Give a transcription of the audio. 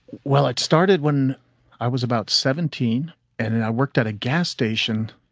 well it started when i was about seventeen and and i worked at a gas station.